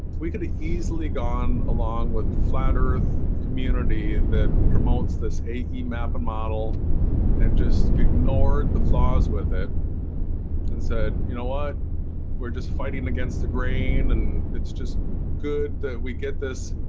we could easily gone along with the flat earth community that promotes this ae map and model and just ignored the flaws with it and said, you know what we're just fighting against the grain and it's just good that we get this